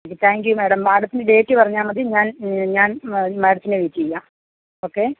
thank you madam മേഡത്തിന് date പറഞ്ഞാൽ മതി ഞാൻ ഞാൻ മേഡത്തിന് വെയ്റ്റ് ചെയ്യാം ഓക്കെ